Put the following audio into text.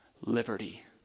liberty